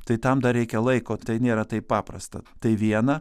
tai tam dar reikia laiko tai nėra taip paprasta tai vieną